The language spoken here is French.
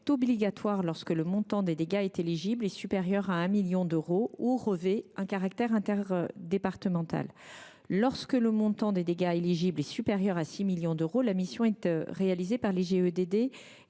niveau. C’est obligatoire lorsque le montant des dégâts éligibles est supérieur à 1 million d’euros ou revêt un caractère interdépartemental. Lorsque le montant des dégâts éligibles est supérieur à 6 millions d’euros, la mission est effectuée par l’Igedd